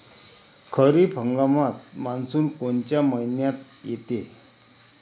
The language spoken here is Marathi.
खरीप हंगामात मान्सून कोनच्या मइन्यात येते?